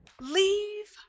Leave